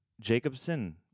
jacobson